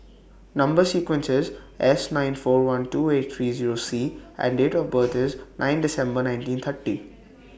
Number sequence IS S nine four one two eight three Zero C and Date of birth IS ninth December nineteen thirty